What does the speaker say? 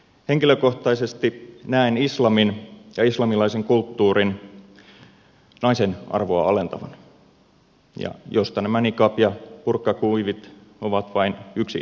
henkilökohtaisesti näen islamin ja islamilaisen kulttuurin naisen arvoa alentavana mistä nämä niqab ja burkahuivit ovat vain yksi esimerkki